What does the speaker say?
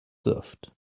served